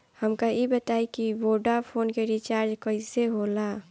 हमका ई बताई कि वोडाफोन के रिचार्ज कईसे होला?